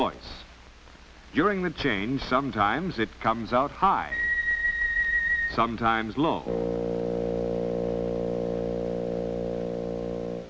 voice during the change sometimes it comes out high sometimes